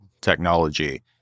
technology